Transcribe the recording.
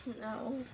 No